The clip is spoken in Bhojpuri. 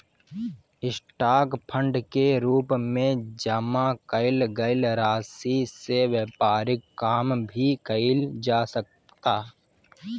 स्टॉक फंड के रूप में जामा कईल गईल राशि से व्यापारिक काम भी कईल जा सकता